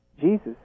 Jesus